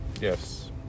Yes